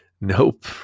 Nope